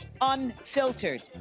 unfiltered